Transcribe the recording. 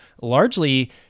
largely